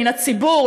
מן הציבור,